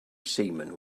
seamen